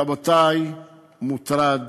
רבותי, מוטרד